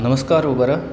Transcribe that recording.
नमस्कारः ऊबर